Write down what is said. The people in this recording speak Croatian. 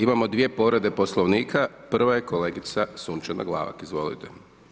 Imamo dvije povrede Poslovnika, prva je kolegica Sunčana Glavak, izvolite.